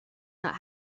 not